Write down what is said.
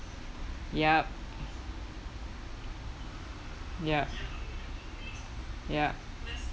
yup yup yup